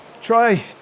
try